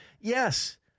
Yes